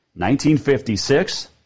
1956